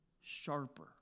sharper